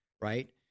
Right